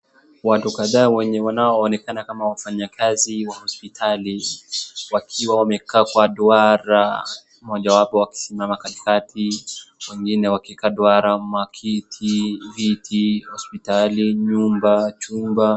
Watu kadhaa wenye wanaonekana kama wafanayakazi wa hospitali wakiwa wamekaa kwa duara, mmoja wapo akisimama katikati wengine wakikaaa duara, makiti, viti, hospitali, nyumba ,chumba.